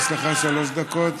יש לך שלוש דקות.